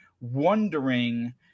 wondering